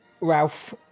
Ralph